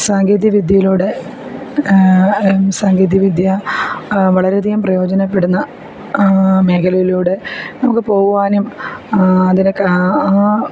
സാങ്കേതികവിദ്യയിലൂടെ സാങ്കേതികവിദ്യ വളരെയധികം പ്രയോജനപ്പെടുന്ന മേഖലയിലൂടെ നമുക്ക് പോകുവാനും അതിനൊക്കെ ആ